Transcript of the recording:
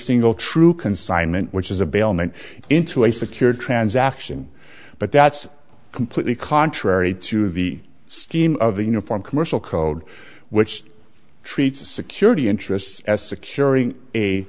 single true consignment which is a bailment into a secure transaction but that's completely contrary to the scheme of the uniform commercial code which treats security interests as securing a